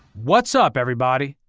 what's up everybody?